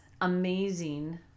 amazing